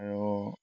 আৰু